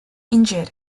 injured